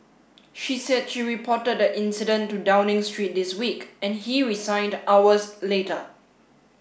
she said she reported the incident to Downing Street this week and he resigned hours later